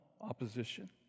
opposition